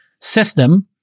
system